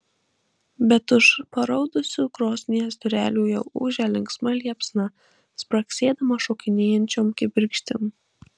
bet už paraudusių krosnies durelių jau ūžia linksma liepsna spragsėdama šokinėjančiom kibirkštim